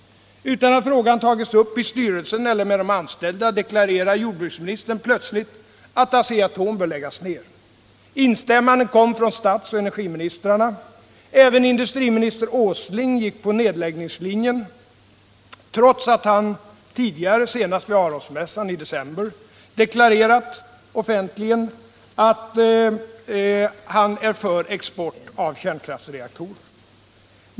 Utan att frågan tagits upp i styrelsen eller med de anställda deklarerar plötsligt jordbruksministern att Asea-Atom bör läggas ner. Instämmande kom från statsministern och energiministern. Även industriminister Åsling gick på nedläggningslinjen trots att han tidigare, senast vid Arosmässan i december, offentligen deklarerat att han är för export av kärnkraftsreaktorer.